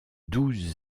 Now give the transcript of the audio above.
douze